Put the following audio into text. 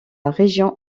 région